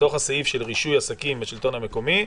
בתוך הסעיף של רישוי עסקים בשלטון המקומי,